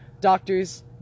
doctors